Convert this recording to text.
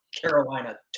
Carolina